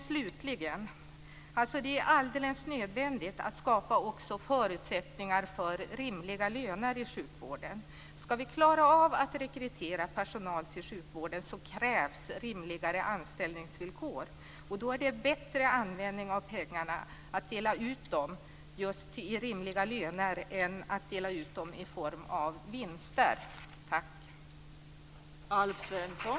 Slutligen är det helt nödvändigt att också skapa förutsättningar för rimliga löner i sjukvården. Ska vi klara av att rekrytera personal till sjukvården krävs det rimligare anställningsvillkor, och då är det bättre användning av pengarna att dela ut dem just som rimliga löner än att dela ut dem i form av vinster.